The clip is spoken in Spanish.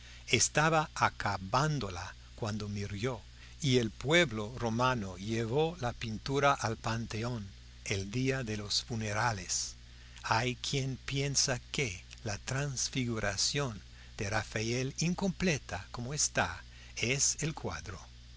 estaba acabándola cuando murió y el pueblo romano llevó la pintura al panteón el día de los funerales hay quien piensa que la transfiguración de rafael incompleta como está es el cuadro